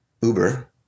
Uber